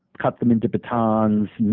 cut them into batons,